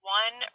one